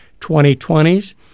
2020s